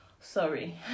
sorry